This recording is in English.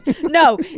no